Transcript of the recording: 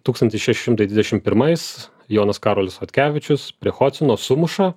tūkstantis šeši šimtai dvidešim pirmais jonas karolis chodkevičius prie chocyno sumuša